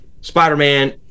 Spider-Man